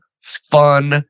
fun